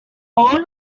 all